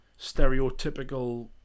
stereotypical